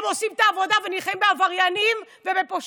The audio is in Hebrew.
הם עושים את העבודה ונלחמים בעבריינים ובפושעים.